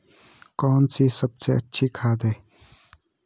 कौन सी सबसे अच्छी खाद है?